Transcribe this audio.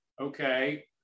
okay